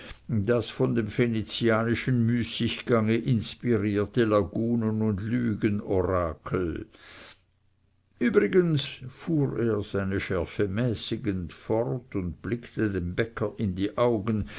das von dem venezianischen müßiggange inspirierte lagunen und lügenorakel übrigens fuhr er seine schärfe mäßigend fort und blickte dem bäcker in die augen